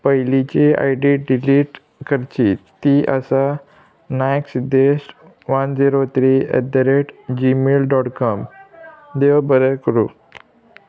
पयलींची I D delete करची ती आसा Naik Siddesh one zero three eight the rate Gmail dot com देव बरें करूं